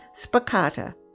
spicata